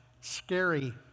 scary